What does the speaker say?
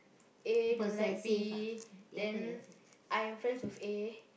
A don't like B then I am friends with A